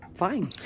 Fine